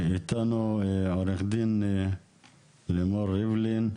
איתנו עו"ד לימור ריבלין,